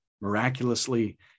miraculously